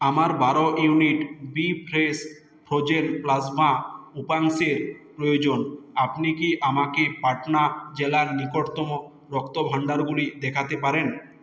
আমার বারো ইউনিট উপাংশের প্রয়োজন আপনি কি আমাকে পাটনা জেলার নিকটতম রক্তভাণ্ডারগুলো দেখাতে পারেন